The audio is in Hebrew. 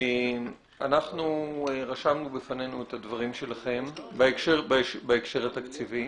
אנחנו רשמנו בפנינו את הדברים שלכם בהקשר התקציבי,